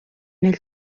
nel